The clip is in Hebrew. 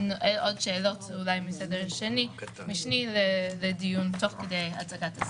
שאלות אולי מסדר משני לדיון תוך כדי הצגת הסעיפים.